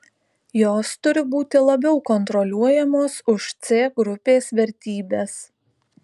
jos turi būti labiau kontroliuojamos už c grupės vertybes